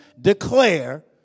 declare